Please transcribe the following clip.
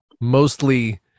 mostly